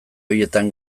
horietan